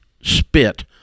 spit